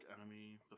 enemy